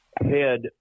Head